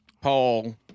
Paul